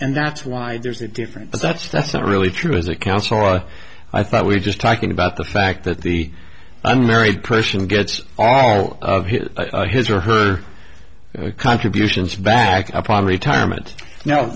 and that's why there's a difference but that's that's not really true as a counselor i thought we were just talking about the fact that the unmarried question gets all of his his or her contributions back upon retirement no